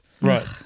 Right